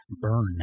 Burn